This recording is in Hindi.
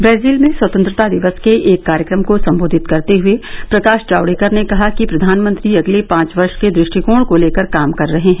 ब्राजील में स्वतंत्रता दिवस के एक कार्यक्रम को संबोधित करते हए प्रकाश जावडेकर ने कहा कि प्रधानमंत्री अगले पांच वर्ष के दु ष्टिकोण को लेकर काम कर रहे हैं